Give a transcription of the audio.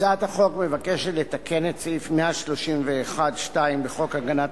הצעת החוק מבקשת לתקן את סעיף 131(2) לחוק הגנת